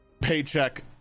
paycheck